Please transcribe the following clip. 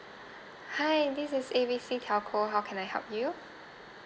hi this is A B C telco how can I help you